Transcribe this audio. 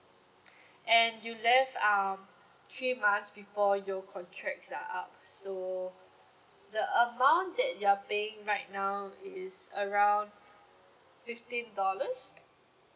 and you left um three months before your contract uh up so the amount that you are paying right now is around fifteen dollars